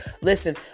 Listen